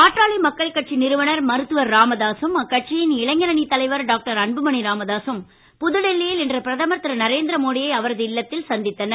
பாட்டாளி மக்கள் கட்சி நிறுவனர் மருத்துவர் ராமதாசும் அக்கட்சியின் இளைஞரணி தலைவர் டாக்டர் அன்புமணி ராமதாசும் புதுடெல்லியில் இன்று பிரதமர் திரு நரேந்திர மோடியை அவரது இல்லத்தில் சந்தித்தனர்